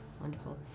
Wonderful